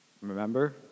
Remember